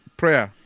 prayer